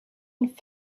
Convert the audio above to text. and